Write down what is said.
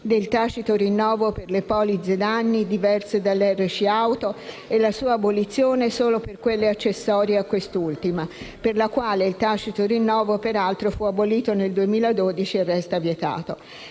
del tacito rinnovo per le polizze danni diverse dalle RC auto e la sua abolizione solo per quelle accessorie a quest'ultima, per la quale il tacito rinnovo fu peraltro abolito nel 2012 e resta vietato.